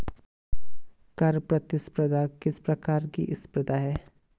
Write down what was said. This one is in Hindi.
कर प्रतिस्पर्धा किस प्रकार की स्पर्धा है?